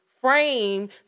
frame